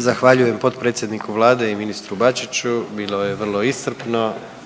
Zahvaljujem potpredsjedniku Vlade i ministru Bačiću, bilo je vrlo iscrpno,